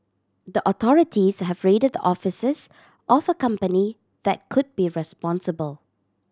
the authorities have raided offices of a company that could be responsible